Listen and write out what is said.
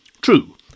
True